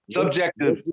subjective